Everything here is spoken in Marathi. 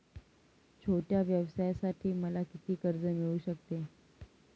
छोट्या व्यवसायासाठी मला किती कर्ज मिळू शकते?